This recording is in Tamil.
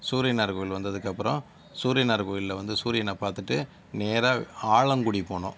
சூரியனார் கோவில் வந்ததுக்கப்புறம் சூரியனார் கோவில்ல வந்து சூரியனை பார்த்துட்டு நேராக ஆலங்குடி போனோம்